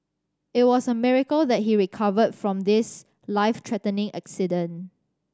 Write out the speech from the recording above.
it was a miracle that he recovered from his life threatening accident